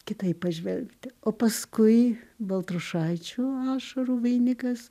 kitaip pažvelgti o paskui baltrušaičio ašarų vainikas